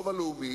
בקולו: